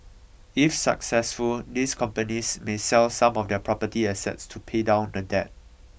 if successful these companies may sell some of their property assets to pay down the debt